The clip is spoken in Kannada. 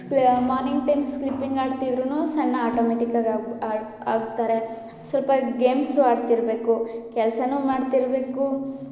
ಸ್ಲಾ ಮಾರ್ನಿಂಗ್ ಟೈಮ್ ಸ್ಲಿಪ್ಪಿಂಗ್ ಆಡ್ತಿದ್ರ್ನು ಸಣ್ಣ ಅಟೋಮೆಟಿಕಾಗಿ ಆಗ್ತಾರೆ ಸ್ವಲ್ಪ ಗೇಮ್ಸು ಆಡ್ತಿರಬೇಕು ಕೆಲಸವೂ ಮಾಡ್ತಿರಬೇಕು